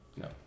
No